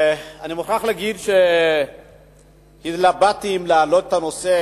אני מוכרח להגיד שהתלבטתי אם להעלות את הנושא